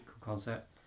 concept